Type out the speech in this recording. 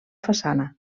façana